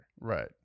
Right